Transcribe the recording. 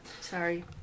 sorry